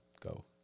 Go